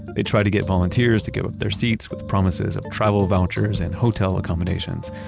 they tried to get volunteers to give up their seats with promises of travel vouchers and hotel ah combinations,